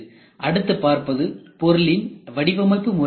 அடுத்து பார்ப்பது பொருளின் வடிவமைப்பு முறையாகும்